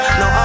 no